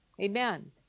Amen